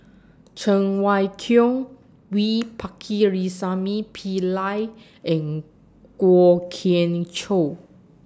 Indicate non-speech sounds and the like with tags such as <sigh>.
Cheng Wai Keung V <noise> Pakirisamy Pillai and Kwok Kian Chow